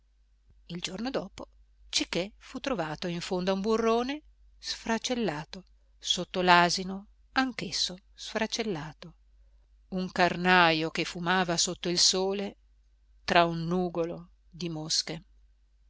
il giorno dopo cichè fu trovato in fondo a un burrone sfracellato sotto l'asino anch'esso sfracellato un carnajo che fumava sotto il sole tra un nugolo di mosche